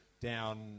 down